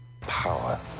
Power